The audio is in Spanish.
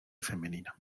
femenina